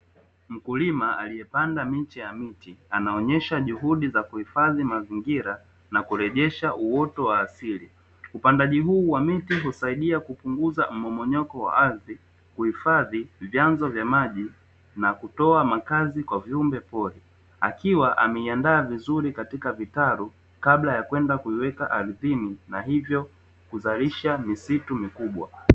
Mkulima aliyepanda miche ya miti anaonyesha juhudi za kuhifadhi mazingira na kurejesha uoto wa asili, upandaji huu wa miti husaidia kupunguza mmomonyoko wa ardhi, kuhifadhi vyanzo vya maji na kutoa makazi kwa viumbe pori, akiwa ameiandaa vizuri katika vitalu kabla ya kwenda kuiweka ardhini na hivyo kuzalisha misitu mikubwa.